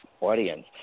audience